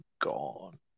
gone